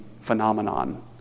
phenomenon